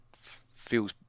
feels